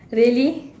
really